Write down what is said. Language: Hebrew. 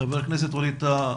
חבר הכנסת ווליד טאהא